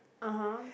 (uh huh)